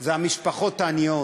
זה המשפחות העניות,